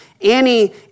Annie